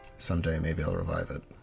someday maybe i'll revive it.